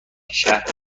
شهر